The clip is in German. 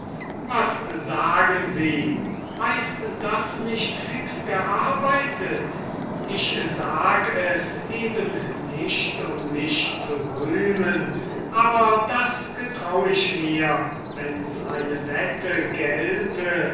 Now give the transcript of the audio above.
was sagen sie heißt das nicht fix gearbeitet ich sag es eben nicht um mich zu rühmen aber das getraue ich mir wenns eine wette gälte